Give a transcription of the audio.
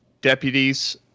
deputies